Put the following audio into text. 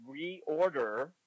reorder